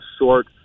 short